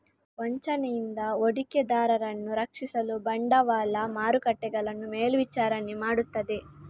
ವಂಚನೆಯಿಂದ ಹೂಡಿಕೆದಾರರನ್ನು ರಕ್ಷಿಸಲು ಬಂಡವಾಳ ಮಾರುಕಟ್ಟೆಗಳನ್ನು ಮೇಲ್ವಿಚಾರಣೆ ಮಾಡುತ್ತದೆ